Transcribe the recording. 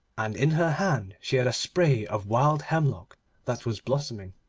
and in her hand she had a spray of wild hemlock that was blossoming.